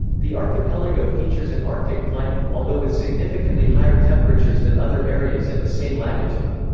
the archipelago features an arctic climate, although with significantly higher temperatures than other areas at the same latitude.